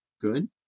good